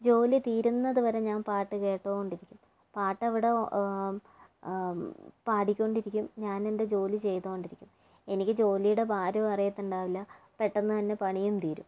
ജോലി തീരുന്നതുവരെ ഞാൻ പാട്ട് കേട്ടോണ്ടിരിക്കും പാട്ട് അവിടെ പാടിക്കൊണ്ടിരിക്കും ഞാൻ എൻ്റെ ജോലി ചെയ്തുകൊണ്ടിരിക്കും എനിക്ക് ജോലിയുടെ ഭാരവും അറിയത്തുണ്ടാവില്ല പെട്ടെന്ന് തന്നെ പണിയും തീരും